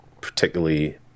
particularly